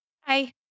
Hi